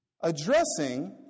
addressing